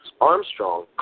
Armstrong